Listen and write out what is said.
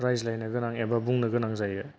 रायज्लायनो गोनां एबा बुंनो गोनां जायो